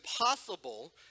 impossible